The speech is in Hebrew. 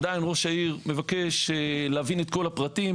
עדיין ראש העיר מבקש להבין את כל הפרטים,